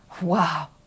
Wow